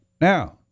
Now